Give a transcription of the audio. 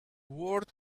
word